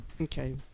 Okay